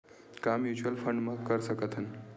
का mutual fund म कर सकत हन?